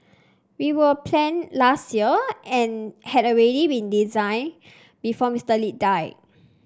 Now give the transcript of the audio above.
they were planned last year and had already been designed before Mister Lee died